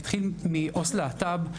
אתחיל מעו"ס להט"ב,